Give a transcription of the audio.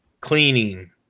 cleaning